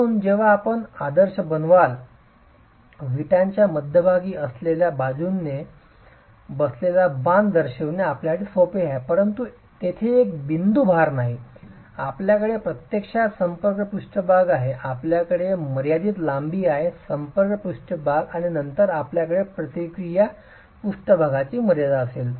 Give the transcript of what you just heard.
म्हणूनच जेव्हा आपण आदर्श बनवाल वीटच्या मध्यभागी असलेल्या बाजूने बसलेला बाण दर्शविणे आपल्यासाठी सोपे आहे परंतु तेथे एक बिंदू भार नाही आपल्याकडे प्रत्यक्षात संपर्क पृष्ठभाग आहे आपल्याकडे मर्यादित लांबी आहे संपर्क पृष्ठभाग आणि नंतर आपल्याकडे प्रतिक्रिया पृष्ठभागाची मर्यादा असेल